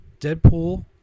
Deadpool